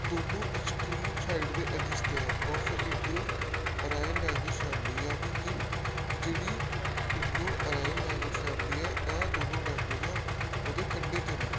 ਦੋਨੋਂ extreme side ਦੇ edges ਹੈ of Indo Aryan language family ਯਾਨੀ ਕਿ ਜਿਹੜੀ ਇੰਡੋ ਅਰਾਇਨ ਲੈਗੁਏਜ ਫੈਮਲੀ ਹੈ ਇਹ ਦੋਨੋਂ ਲੈਗੁਏਜਾਂ ਉਹਦੇ ਕੰਢੇ 'ਤੇ ਨੇ